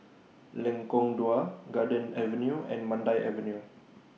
Lengkong Dua Garden Avenue and Mandai Avenue